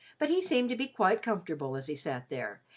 but he seemed to be quite comfortable as he sat there,